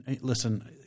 listen